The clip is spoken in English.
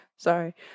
Sorry